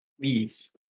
Please